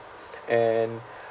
and